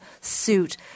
suit